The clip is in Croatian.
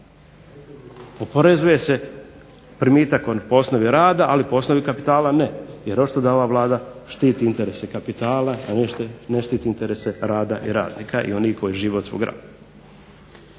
oporezuje se primitak po osnovi rada, ali po osnovi kapitala ne, jer očito da ova Vlada štiti interese kapitala, a ne štiti interese rada i radnika i onih koji žive od svog rada.